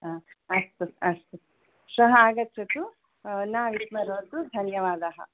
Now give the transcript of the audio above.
अस्तु अस्तु श्वः आगच्छतु न विस्मरतु धन्यवादः